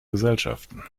gesellschaften